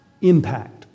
impact